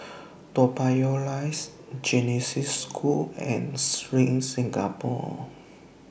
Toa Payoh Rise Genesis School and SPRING Singapore